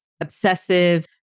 obsessive